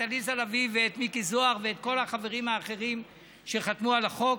את עליזה לביא ואת מיקי זוהר ואת כל החברים האחרים שחתמו על החוק.